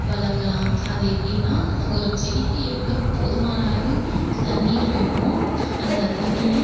வளர்க்கலாம் அது எப்படின்னா ஒரு செடிக்கு எவ்வளோ போதுமான அளவு தண்ணீர் வேணுமோ அந்த தண்ணியை